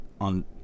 on